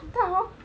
很大 hor